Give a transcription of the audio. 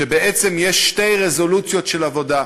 שבעצם יש שתי רזולוציות של עבודה,